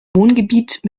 wohngebiet